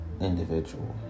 individual